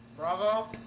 bravo.